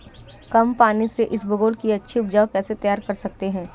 कम पानी से इसबगोल की अच्छी ऊपज कैसे तैयार कर सकते हैं?